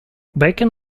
bacon